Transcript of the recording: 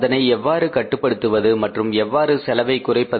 அதனை எவ்வாறு கட்டுப்படுத்துவது மற்றும் எவ்வாறு செலவை குறைப்பது